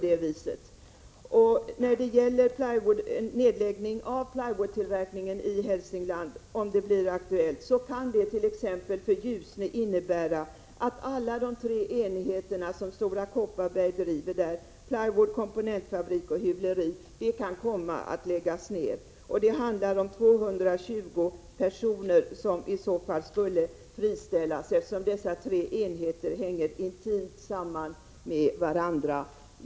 Om en nedläggning av plywoodtillverkningen i Hälsingland blir aktuell kan det för t.ex. Ljusne innebära att alla de tre enheter som Stora Kopparberg driver där — plywoodoch komponentfabriken samt hyvleriet — kan komma att läggas ned. Det handlar om 220 personer som i så fall skulle friställas, eftersom dessa tre enheter hänger intimt samman med varandra.